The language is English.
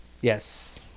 Yes